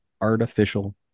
artificial